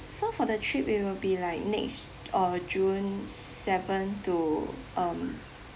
so for the trip it will be like next uh june seven to um